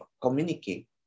communicate